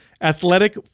athletic